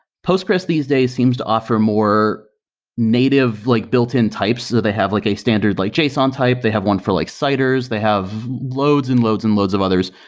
postgres these days seems to offer more native, like built-in types that they have, like a standard, like json type. they have one for like siders. they have loads and loads and loads of others.